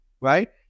Right